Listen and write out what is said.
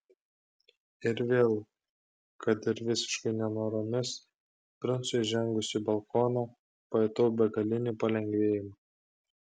ir vėl kad ir visiškai nenoromis princui įžengus į balkoną pajutau begalinį palengvėjimą